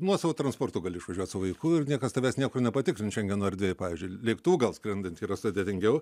nuosavu transportu gali išvažiuot su vaiku ir niekas tavęs niekur nepatikrins šengeno erdvėj pavyzdžiui lėktuvu gal skrendant yra sudėtingiau